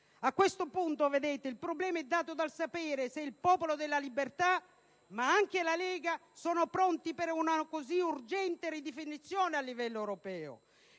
A questo punto il problema è dato dal sapere se il Popolo della Libertà, ma anche la Lega, sono pronti per una così urgente ridefinizione a livello europeo.